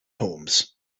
homes